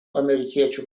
amerikiečių